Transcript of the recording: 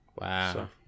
Wow